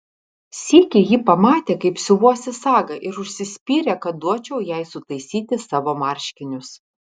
sykį ji pamatė kaip siuvuosi sagą ir užsispyrė kad duočiau jai sutaisyti savo marškinius